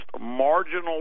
marginal